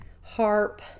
harp